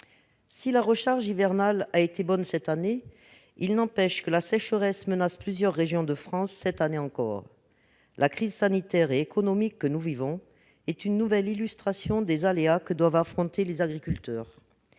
si la recharge hivernale a été bonne, il n'empêche que la sécheresse menace à nouveau plusieurs régions de France. La crise sanitaire et économique que nous vivons est une nouvelle illustration des aléas que doivent affronter les agriculteurs.